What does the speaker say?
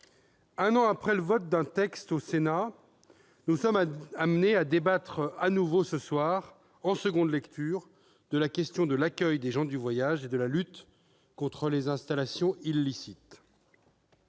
un an après le vote d'un texte au Sénat, nous sommes amenés à débattre à nouveau ce soir, en deuxième lecture, de la question de l'accueil des gens du voyage et de la lutte contre les installations illicites.